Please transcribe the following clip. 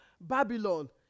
Babylon